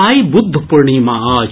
आइ बुद्ध पूर्णिमा अछि